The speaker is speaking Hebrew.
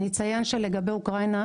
לגבי אוקראינה,